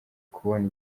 kubona